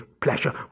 pleasure